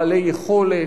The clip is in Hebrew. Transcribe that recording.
בעלי יכולת,